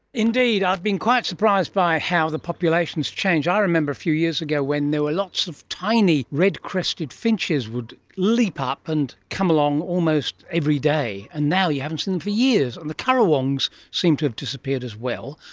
indeed. i've been quite surprised by how the populations change. i remember a few years ago when there were lots of tiny red-crested finches would leap up and come along almost every day. and now you haven't seen them for years. and the currawongs seem to have disappeared as well.